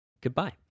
goodbye